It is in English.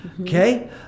okay